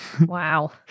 Wow